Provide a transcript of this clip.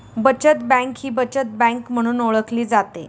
बचत बँक ही बचत बँक म्हणून ओळखली जाते